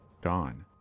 gone